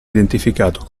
identificato